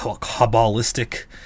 cabalistic